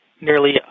nearly